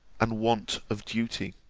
and want of duty